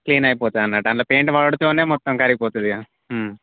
clean అయిపోతుందన్నట్టు అందులో paint పడుడుతోనే మొత్తం కరిగిపోతుంది కదా